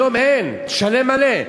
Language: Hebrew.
היום אין, תשלם מלא.